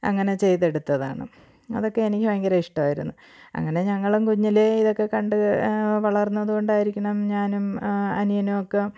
അങ്ങനെ ചെയ്തെടുത്തതാണ് അതൊക്കെ എനിക്ക് ഭയങ്കര ഇഷ്ടമായിരുന്നു അങ്ങനെ ഞങ്ങളും കുഞ്ഞിലെ ഇതക്കെ കണ്ട് വളർന്നത് കൊണ്ടായിരിക്കണം ഞാനും അനിയനും ഒക്കെ